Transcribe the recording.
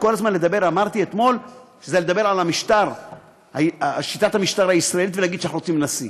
אמרתי אתמול שזה לדבר על שיטת המשטר הישראלית ולהגיד שאנחנו רוצים נשיא,